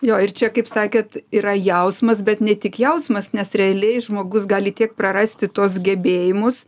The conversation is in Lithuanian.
jo ir čia kaip sakėt yra jausmas bet ne tik jausmas nes realiai žmogus gali tiek prarasti tuos gebėjimus